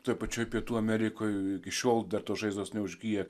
toje pačioje pietų amerikoje iki šiol dar tos žaizdos neužgyja